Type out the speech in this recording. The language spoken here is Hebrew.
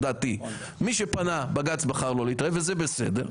מי שפנה, בג"ץ בחר לא להתערב, זה בסדר.